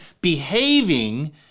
behaving